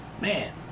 Man